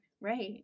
right